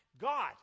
God